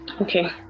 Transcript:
Okay